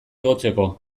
igotzeko